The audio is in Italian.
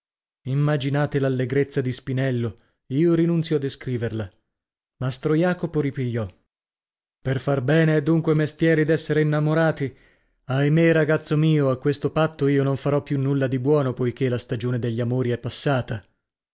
immaginate l'allegrezza di spinello io rinunzio a descriverla mastro jacopo ripigliò per far bene è dunque mestieri d'essere innamorati ahimè ragazzo mio a questo patto io non farò più nulla di buono poichè la stagione degli amori è passata